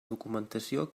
documentació